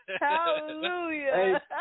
Hallelujah